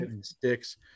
sticks